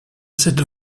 cette